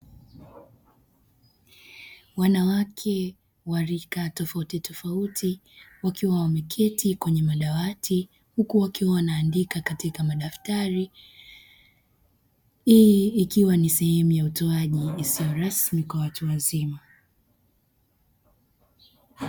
Wanawake wa rika tofautitofauti wakiwa wameketi kwenye madawati huku wakiwa wanaandika katika madaftari hii ikiwa ni sehemu ya utoaji isiyo rasmi kwa watu wazima.